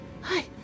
Hi